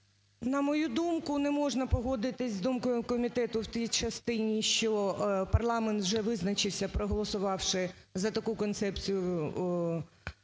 На мою думку, не можна погодитися з думкою комітету в тій частині, що парламент вже визначився, проголосувавши за таку концепцію